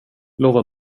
lova